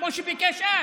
כמו שביקש אז?